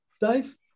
Dave